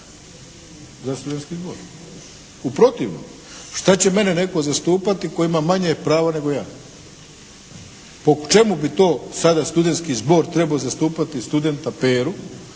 za studentski zbor. U protivnom što će mene netko zastupati tko ima manje prava nego ja. Po čemu bi to sada studentski zbor trebao zastupati studenta Peru